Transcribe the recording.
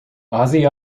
ozzy